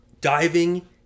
diving